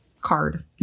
card